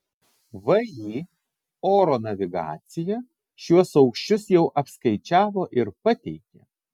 vį oro navigacija šiuos aukščius jau apskaičiavo ir pateikė